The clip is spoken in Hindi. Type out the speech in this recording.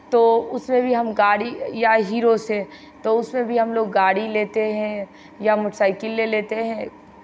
तो उसमें भी हम गाड़ी या हीरो से तो उसमें भी हम लोग गाड़ी लेते हैं या मोटर साइकिल ले लेते हैं